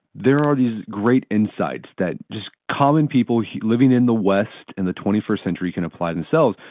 there are these great insights that just common people living in the west in the twenty first century can apply themselves,